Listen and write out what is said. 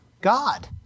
God